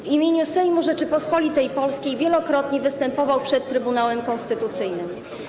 W imieniu Sejmu Rzeczypospolitej Polskiej wielokrotnie występował przed Trybunałem Konstytucyjnym.